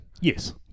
Yes